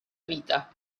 vita